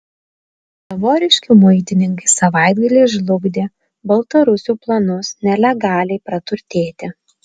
lavoriškių muitininkai savaitgalį žlugdė baltarusių planus nelegaliai praturtėti